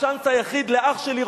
הצ'אנס היחיד לאח שלי,